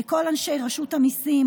לכל אנשי רשות המיסים,